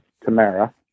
Tamara